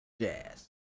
Jazz